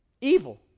Evil